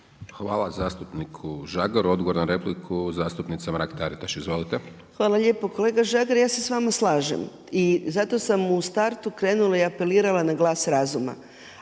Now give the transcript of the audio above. Hvala zastupniku Žagaru. Odgovor na repliku zastupnica Mrak-Taritaš. Izvolite. **Mrak-Taritaš, Anka (Nezavisni)** Hvala lijepo. Kolega Žagar ja se s vama slažem i zato sam u startu krenuli i apelirala na glas razuma,